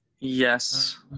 Yes